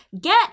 Get